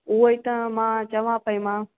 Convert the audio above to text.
उहेई त मां चवां पई मां